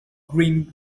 green